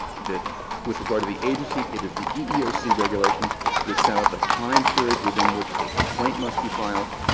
that with regard to the agency, it is the eeoc regulations which set up the time period within which a complaint must be filed.